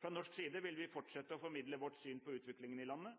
Fra norsk side vil vi fortsette å formidle vårt syn på utviklingen i landet,